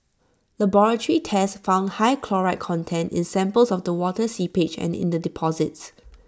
laboratory tests found high chloride content in samples of the water seepage and in the deposits